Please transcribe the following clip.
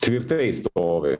tvirtai stovi